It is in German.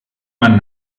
man